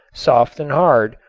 soft and hard,